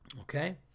Okay